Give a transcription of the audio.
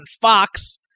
Fox